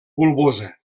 bulbosa